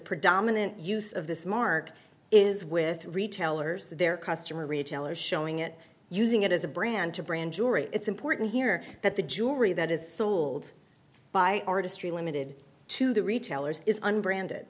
predominant use of this mark is with retailers their customer retailers showing it using it as a brand to brand jury it's important here that the jury that is sold by artistry limited to the retailers is unbrand